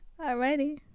Alrighty